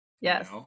Yes